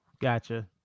gotcha